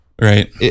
Right